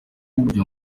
burya